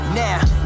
now